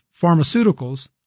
pharmaceuticals